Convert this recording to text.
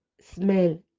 smell